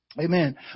Amen